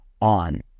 on